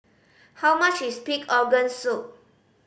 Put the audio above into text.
how much is pig organ soup